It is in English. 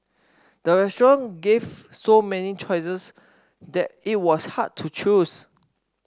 the restaurant gave so many choices that it was hard to choose